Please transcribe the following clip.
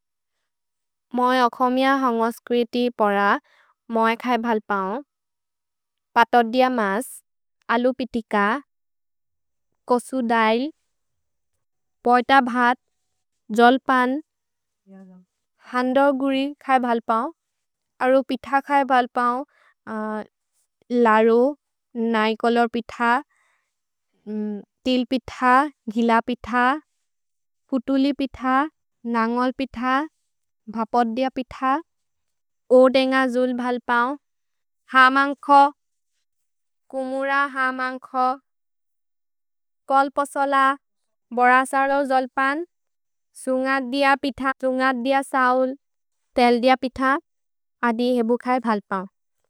मए अख मेअ हन्गोस् क्रेति पर मए खए भल् पौन्। पतदिअ मस्, अलु पितिक, कोसु दैल्, पोइत भत्, जोल् पन्, हन्दोर् गुरि खए भल् पौन्। अरु पिथ खए भल् पौन्, लरु, नै कोलोर् पिथ, तिल् पिथ, घिल पिथ, कुतुलि पिथ, नन्गोल् पिथ, भपदिअ पिथ, ओदेन्ग जुल् भल् पौन्, हमन्खो, कुमुर हमन्खो, कोल् पोसोल, बोरसरो जोल् पन्। सुन्गदिअ सौल्, तेल्दिअ पिथ, अदि हेबु खए भल् पौन्।